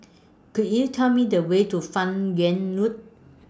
Could YOU Tell Me The Way to fan Yoong Road